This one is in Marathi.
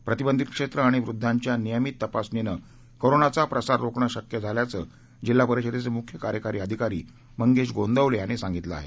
प्रतिबंधित क्षेत्र आणि वृद्धांच्या नियमित तपासणीने कोरोनाचा प्रसार रोखणं शक्य झाल्याच जिल्हा परिषदेचे मुख्य कार्यकारी अधिकारी मंगेष गोंदवले यांनी सांगितलं आहे